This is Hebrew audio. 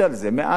מעל שנה.